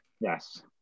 Yes